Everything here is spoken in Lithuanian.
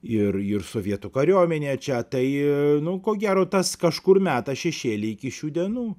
ir ir sovietų kariuomene čia tai ko gero tas kažkur meta šešėlį iki šių dienų